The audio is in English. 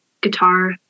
guitar